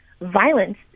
violence